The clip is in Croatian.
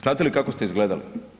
Znate li kako ste izgledali?